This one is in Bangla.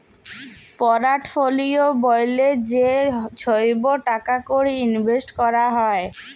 পোরটফলিও ব্যলে যে ছহব টাকা কড়ি ইলভেসট ক্যরা হ্যয়